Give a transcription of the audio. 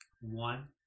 One